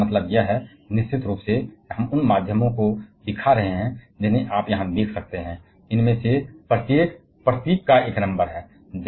लेकिन इसका मतलब यह है कि निश्चित रूप से हम उन साधनों को दिखा रहे हैं जिन्हें आप यहां देख सकते हैं इनमें से प्रत्येक प्रतीक का एक नंबर है